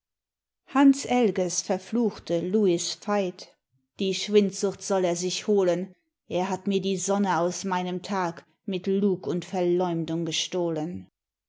hans elges versuchte louis veit die schwindsucht soll er sich holen er hat mir die sonne aus meinem tag mit lug und verleumdung gestohlen